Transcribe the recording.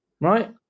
right